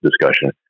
discussion